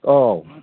औ